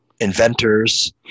inventors